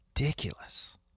ridiculous